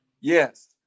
Yes